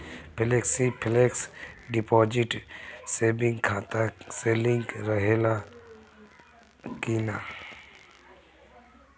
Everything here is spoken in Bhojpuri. फेलेक्सी फिक्स डिपाँजिट सेविंग खाता से लिंक रहले कि ना?